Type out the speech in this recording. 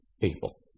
people